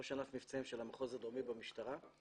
ראש ענף מבצעים של המחוז הדרומי במשטרה.